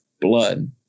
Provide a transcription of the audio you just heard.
blood